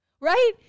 right